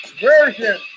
version